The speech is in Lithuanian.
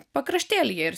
pakraštėlyje ir